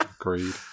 Agreed